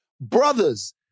Brothers